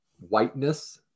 whiteness